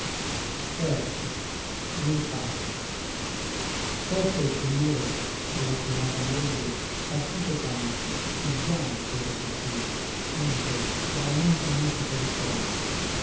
mario racah certo il signore e la chiomata moglie partì pe campi ché già il tordo zirla muto tra unampia musica di foglie